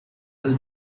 will